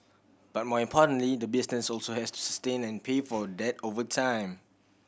but more importantly the business also has to sustain and pay for that over time